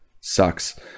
sucks